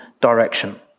direction